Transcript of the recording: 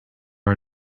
are